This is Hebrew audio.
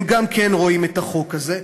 הם גם כן רואים את החוק הזה,